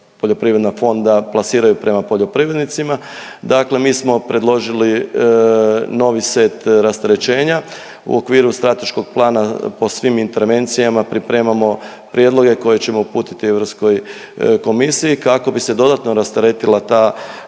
poljoprivredna fonda plasiraju prema poljoprivrednicima. Dakle, mi smo predložili novi set rasterećenja u okviru strateškog plana po svim intervencijama pripremamo prijedloge koje ćemo uputiti Europskoj komisiji kako bi se dodatno rasteretila ta